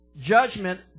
Judgment